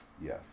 Yes